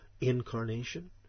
incarnation